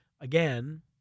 Again